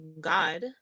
God